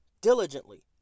diligently